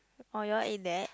orh you all eat that